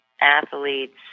athletes